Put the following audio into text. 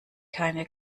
keine